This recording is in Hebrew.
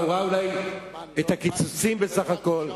אולי הוא ראה את הקיצוצים בסך הכול.